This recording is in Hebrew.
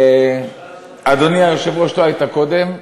אדוני היושב-ראש, לא היית קודם.